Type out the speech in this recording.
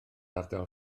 ardal